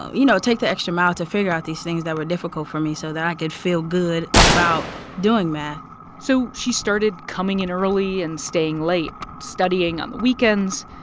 ah you know, take the extra mile to figure out these things that were difficult for me so that i could feel good about doing math so she started coming in early and staying late, studying on the weekends.